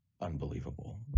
Unbelievable